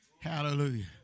Hallelujah